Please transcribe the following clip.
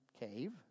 cave